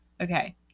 okay